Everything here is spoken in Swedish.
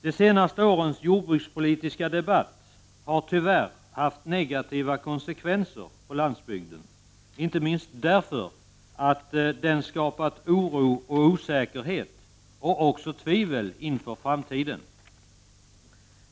De senaste årens jordbrukspolitiska debatt har tyvärr haft negativa konsekvenser på landsbygden, inte minst därför att den skapat oro och osäkerhet samt tvivel inför framtiden.